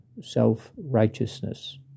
self-righteousness